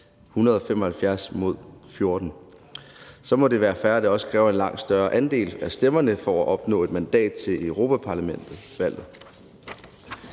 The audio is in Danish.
175 mod 14. Så må det være fair, at det også kræver en langt større andel af stemmerne at opnå et mandat til Europa-Parlamentet